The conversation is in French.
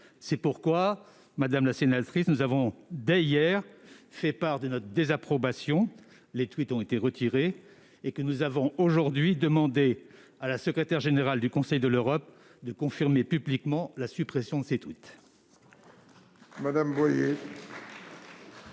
C'est pourquoi, madame la sénatrice, nous avons, dès hier, fait part de notre désapprobation- les tweets ont été retirés -et nous avons aujourd'hui demandé à la secrétaire générale du Conseil de l'Europe de confirmer publiquement la suppression de ces messages.